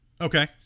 Okay